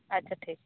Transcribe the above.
ᱟᱪᱪᱷᱟ ᱴᱷᱤᱠ